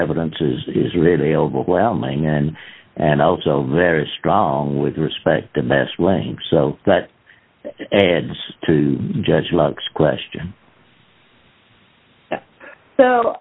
evidence is that is really overwhelming and and also very strong with respect the best link so that adds to judge luck's question so